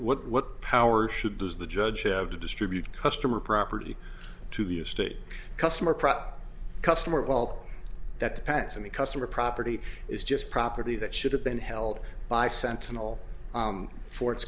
what what power should does the judge have to distribute customer property to the estate customer prop customer well that depends on the customer property is just property that should have been held by sentinel for its